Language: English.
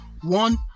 one